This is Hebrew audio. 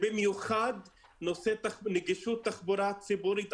ובמיוחד נושא נגישות תחבורה ציבורית.